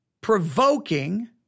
provoking